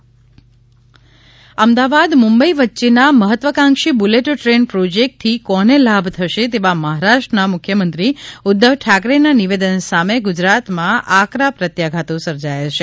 bullet train Bharat Pandya Ahmedabad Mumbai વચ્ચેના મહત્વાકાંક્ષી bullet train project થી કોને લાભ થશે તેવા મહારાષ્ટ્રના મુખ્યમંત્રી ઉદ્વવ ઠાકરેના નિવેદન સામે ગુજરાતમાં આકરા પ્રત્યાઘાતો સર્જાયા છે